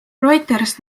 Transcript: reuters